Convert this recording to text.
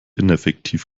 ineffektiv